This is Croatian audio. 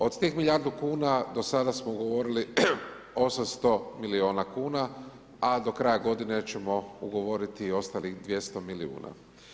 Od tih milijardu kuna do sada smo ugovorili 800 miliona kuna a do kraja godine ćemo ugovoriti i ostalih 200 milijuna.